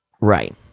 Right